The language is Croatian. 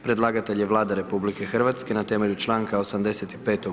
Predlagatelj je Vlada RH na temelju članka 85.